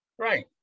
Right